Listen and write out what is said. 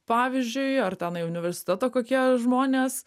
pavyzdžiui ar tenai universiteto kokie žmonės